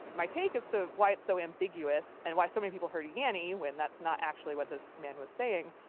my take as to why it's so ambiguous, and why so many people heard yanny when that's not actually what this man was saying,